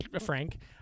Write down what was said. Frank